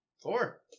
Four